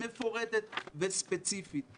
מפורטת וספציפית.